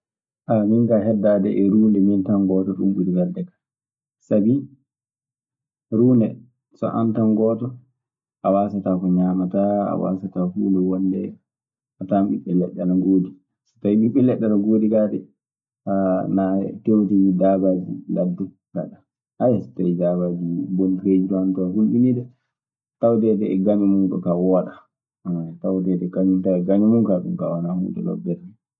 min kaa, heddaade e ruunde min tan gooto ɗun ɓuri welde. Sabi, ruunde, so aan tan gooto a waasata ko ñaamataa, a waasataa huunde wonde. A tawan ɓiɓɓe leɗɗe ana ngoodi, so tawii ɓiɓɓe leɗɗe ana ngoodi kaa dee. naa a tewtoyii daabaaji ladde. so tawii dabaaji bonɗi peeji duu ana ton, ana huliɓinii dee. Tawdeede e gaño muuɗun kaa wooɗaa. Tawdeede kañun tan e gaño mun kaa ɗun kaa wanaa huunde lobbere.